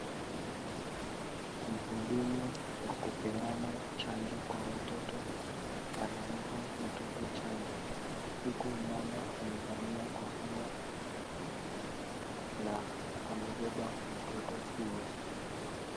Mhudumu wa kupeana chanjo kwa watoto anampa mtoto chanjo, huku mama amevalia kofia na amebeba mtoto huyo.